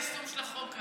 אנחנו, ליישום של החוק.